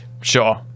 sure